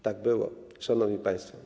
Tak było, szanowni państwo.